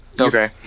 Okay